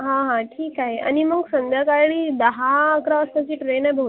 हां हां ठीक आहे आणि मग संध्याकाळी दहा अकरा वाजताची ट्रेन आहे बहुतेक